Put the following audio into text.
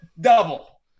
double